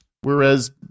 whereas